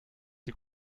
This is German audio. die